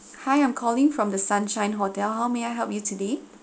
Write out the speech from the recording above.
hi I'm calling from the sunshine hotel how may I help you today